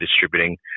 distributing